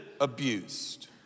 abused